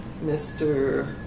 Mr